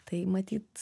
tai matyt